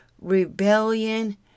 rebellion